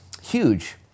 huge